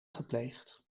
gepleegd